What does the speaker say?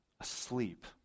Asleep